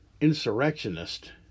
insurrectionist